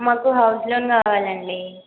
మాకు house loan కావాలండి